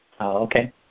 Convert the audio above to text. okay